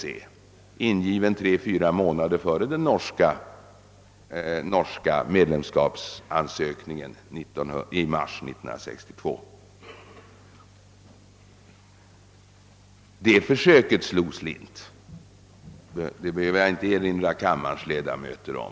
Den ingavs tre—fyra månader före den norska medlemsansökningen i mars 1962. Det försöket slog slint; det behöver jag inte erinra kammarens ledamöter om.